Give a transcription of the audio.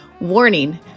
Warning